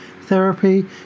therapy